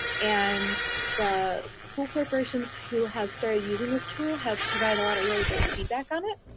and the school corporations who have started using this tool have provided a lot of really great feedback on it.